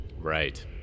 Right